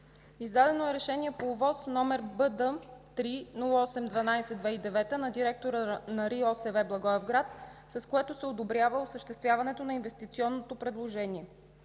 Издадено е Решение по ОВОС № БД-30812/2009 г. на директора на РИОСВ – Благоевград, с което се одобрява осъществяването на инвестиционното предложение.